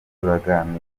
turaganira